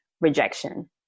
rejection